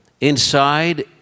Inside